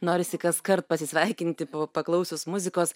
norisi kaskart pasisveikinti po paklausius muzikos